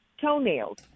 toenails